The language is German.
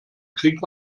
kriegt